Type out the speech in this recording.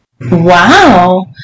Wow